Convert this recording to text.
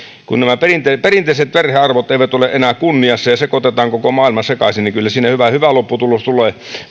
kun nämä perinteiset perinteiset perhearvot eivät ole enää kunniassa ja sekoitetaan koko maailma sekaisin niin kyllä siinä hyvä hyvä lopputulos tulee